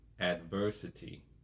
adversity